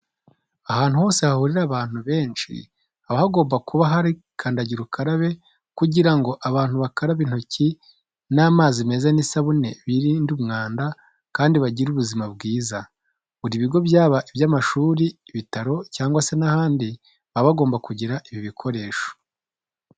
Ahantu hose hahurira abantu benshi haba hagomba kuba hari kandagira ukarabe kugira ngo abantu bakarabe intoki n'amazi meza n'isabune birinde umwanda kandi bagire ubuzima bwiza. Buri bigo byaba iby'amashuri, ibitaro cyangwa se n'ahandi baba bagomba kugira ibi bikoresho.